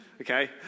okay